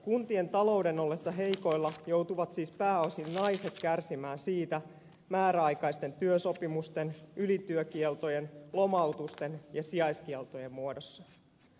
kuntien talouden ollessa heikoilla joutuvat siis pääosin naiset kärsimään siitä määräaikaisten työsopimusten ylityökieltojen lomautusten ja sijaiskieltojen muodossa